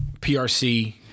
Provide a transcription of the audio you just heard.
PRC